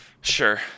Sure